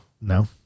No